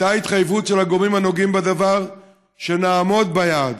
הייתה התחייבות של הגורמים הנוגעים בדבר שנעמוד ביעד,